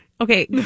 Okay